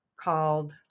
called